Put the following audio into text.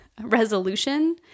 resolution